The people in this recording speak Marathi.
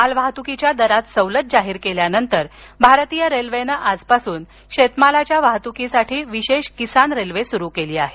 माल वाहतुकीच्या दरात सवलत जाहीर केल्यानंतर भारतीय रेल्वेनं आजपासून शेतमालाच्या वाहतुकीसाठी विशेष किसान रेल्वे सुरू केली आहे